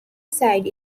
side